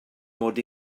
mod